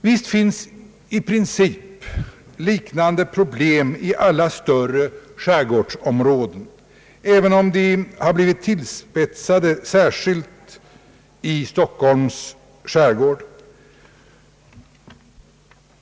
Visst finns i princip liknande problem i alla större skärgårdsområden, även om de har blivit tillspetsade särskilt i Stockholms skärgård.